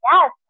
yes